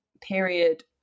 period